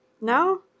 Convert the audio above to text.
No